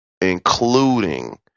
including